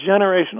generational